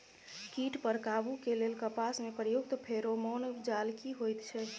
कीट पर काबू के लेल कपास में प्रयुक्त फेरोमोन जाल की होयत छै?